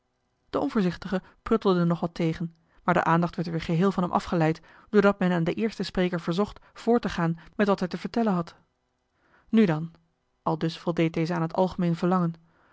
de onvoorzichtige pruttelde nog wat tegen maar de aandacht werd weer geheel van hem afgeleid doordat men aan den eersten spreker verzocht voort te gaan met wat hij te vertellen had nu dan aldus voldeed deze aan het algemeen verlangen